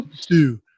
two